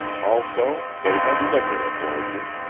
also, they had liquor aboard her.